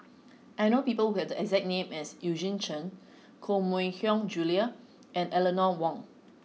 I know people who have the exact name as Eugene Chen Koh Mui Hiang Julie and Eleanor Wong